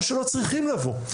או שלא צריכים לבוא,